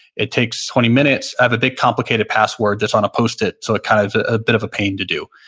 it takes twenty minutes. i have a big complicated password that's on a post-it, so it's kind of a bit of a pain to do.